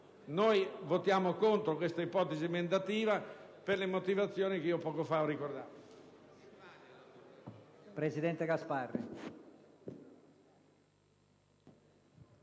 noi voteremo contro questa ipotesi emendativa, per le motivazioni che poco fa ho ricordato.